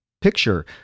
picture